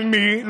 של מי?